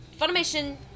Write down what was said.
Funimation